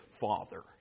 father